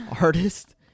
artist